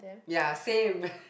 ya same